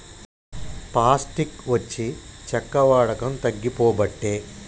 plastic వచ్చి చెక్క వాడకం తగ్గిపోబట్టే